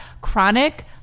chronic